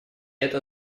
это